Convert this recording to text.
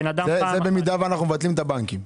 זה במידה שאנו מבטלים את הבנקים.